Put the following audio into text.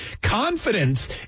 Confidence